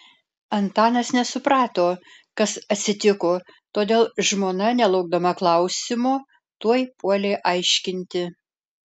antanas nesuprato kas atsitiko todėl žmona nelaukdama klausimo tuoj puolė aiškinti